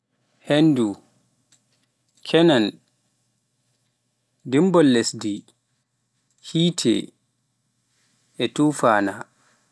hendu, keenan, dimbol lesdi, yite, e tufana